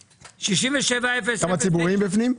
גם הציבוריים בפנים?